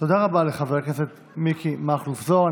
תודה רבה לחבר הכנסת מיקי מכלוף זוהר.